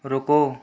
रुको